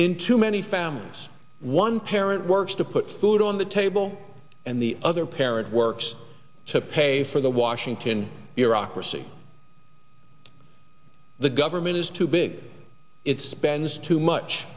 in too many families one parent works to put food on the table and the other parent works to pay for the washington bureaucracy the government is too big it spends too much